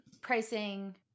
pricing